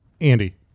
Andy